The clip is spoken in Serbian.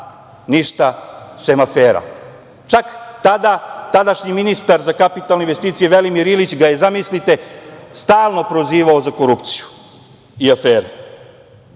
Ništa, sem afera. Čak ga je i tadašnji ministar za kapitalne investicije, Velimir Ilić, zamislite, stalno prozivao za korupciju i afere.